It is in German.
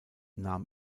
nahm